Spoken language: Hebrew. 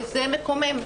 וזה מקומם.